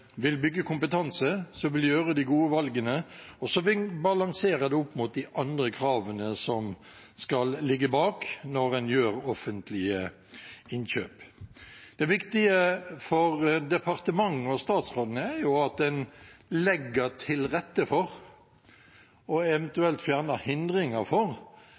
vil gjøre de gode valgene, og som vil balansere det opp mot de andre kravene som skal ligge bak når en gjør offentlige innkjøp. Det viktige for departementet og statsråden er jo at en legger til rette, og eventuelt fjerner hindringer,